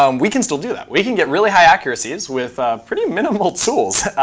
um we can still do that. we can get really high accuracies with pretty minimal tools.